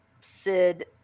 Sid